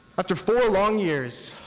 after four long years,